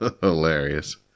hilarious